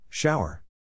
Shower